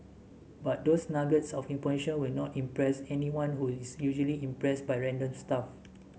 but those nuggets of information will not impress anyone who is usually impressed by random stuff